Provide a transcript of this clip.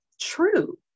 true